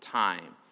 time